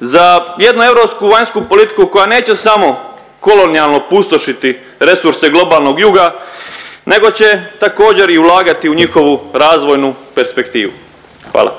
za jednu europsku vanjsku politiku koja neće samo kolonijalno pustošiti resurse globalnog juga nego će također i ulagati u njihovu razvojnu perspektivu. Hvala.